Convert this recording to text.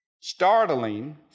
Startling